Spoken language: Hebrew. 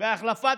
בהחלפת